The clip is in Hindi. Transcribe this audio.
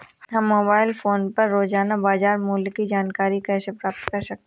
हम मोबाइल फोन पर रोजाना बाजार मूल्य की जानकारी कैसे प्राप्त कर सकते हैं?